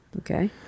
okay